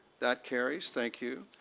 that carries. thank you.